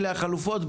אלה החלופות,